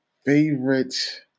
favorite